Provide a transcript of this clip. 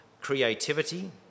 creativity